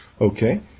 Okay